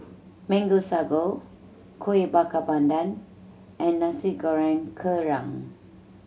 Mango Sago Kueh Bakar Pandan and Nasi Goreng Kerang